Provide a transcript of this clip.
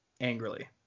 angrily